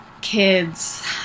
kids